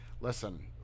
listen